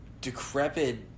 decrepit